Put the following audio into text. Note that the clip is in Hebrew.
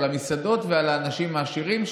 על המסעדות ועל האנשים העשירים,